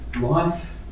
Life